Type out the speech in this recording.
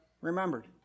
remembered